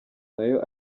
nayo